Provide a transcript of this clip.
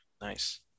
nice